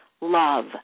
love